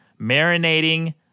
marinating